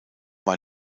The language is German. war